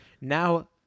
Now